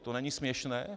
To není směšné?